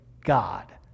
God